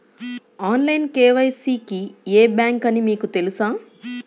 Online KYC కి ఏ bank అని మీకు తెలుసా?